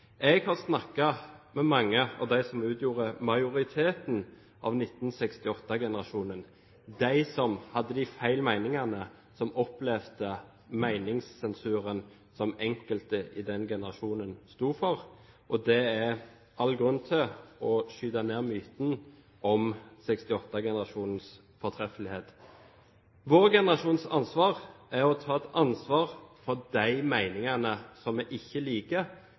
Jeg har snakket med mange av dem som utgjorde majoriteten av 1968-generasjonen – de som hadde de gale meningene, og som opplevde meningssensuren som enkelte i den generasjonen sto for. Det er all grunn til å skyte ned myten om 1968-generasjonens fortreffelighet. Vår generasjons ansvar er å ta et ansvar for de meningene som vi enten liker eller ikke liker.